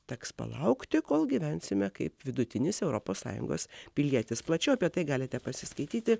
teks palaukti kol gyvensime kaip vidutinis europos sąjungos pilietis plačiau apie tai galite pasiskaityti